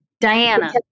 Diana